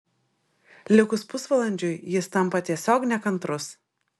likus pusvalandžiui jis tampa tiesiog nekantrus